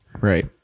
Right